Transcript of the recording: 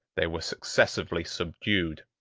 they were successively subdued.